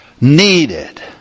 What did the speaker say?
needed